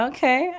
Okay